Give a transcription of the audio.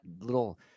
little